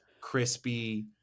crispy